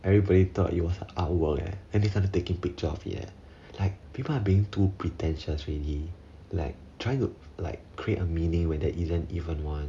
everybody thought it was an artwork and they started taking picture of it leh like people are being too pretentious already like trying to like create a meaning when there isn't even one